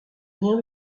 rien